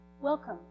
Welcome